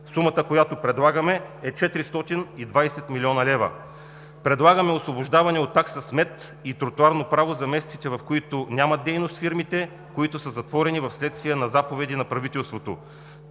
Сумата, която предлагаме, е 420 млн. лв. Предлагаме освобождаване от такса смет и тротоарно право за месеците, в които фирмите нямат дейност и са затворени вследствие на заповеди на правителството.